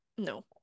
No